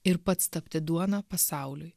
ir pats tapti duona pasauliui